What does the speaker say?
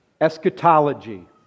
eschatology